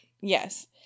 yes